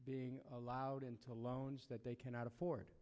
being allowed into loans that they cannot afford